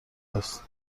هست